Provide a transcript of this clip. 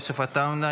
יוסף עטאונה,